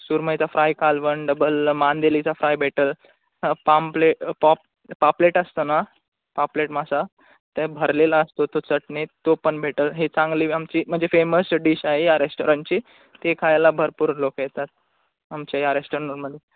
सुरमईचा fry कालवण double मांदेलीचा fry भेटेल पामप्ले पॉप पापलेट असतं ना पापलेट मासा ते भरलेला असतो तो चटणी तो पण भेटेल हे चांगली आमची म्हणजे फेमस डिश आहे या रेस्टॉरंटची ती खायला भरपूर लोक येतात आमच्या या रेस्टॉरंटमध्ये